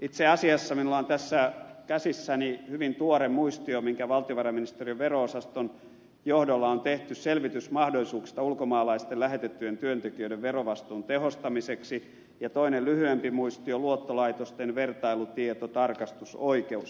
itse asiassa minulla on tässä käsissäni hyvin tuore muistio joka on tehty valtiovarainministeriön vero osaston johdolla selvitysmahdollisuuksista ulkomaalaisten lähetettyjen työntekijöiden verovastuun tehostamiseksi ja toinen lyhyempi muistio luottolaitosten vertailutietotarkastusoikeudesta